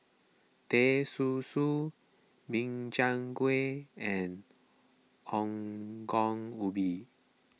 Teh Susu Min Chiang Kueh and Ongol Ubi